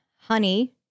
honey